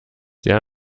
sehr